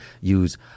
use